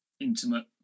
intimate